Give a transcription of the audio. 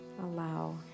allow